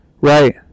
Right